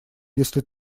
если